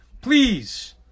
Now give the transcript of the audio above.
Please